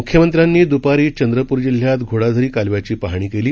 मुख्यमंत्र्यांनी दुपारी चंद्रपूरजिल्ह्यात घोडाझरी कालव्याची पाहणी केली